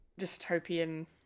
dystopian